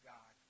God